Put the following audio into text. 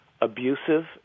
abusive